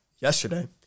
yesterday